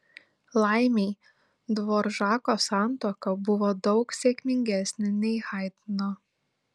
laimei dvoržako santuoka buvo daug sėkmingesnė nei haidno